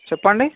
చెప్పండి